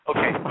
Okay